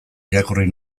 irakurri